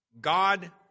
God